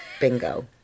Bingo